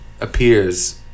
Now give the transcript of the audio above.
appears